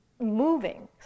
moving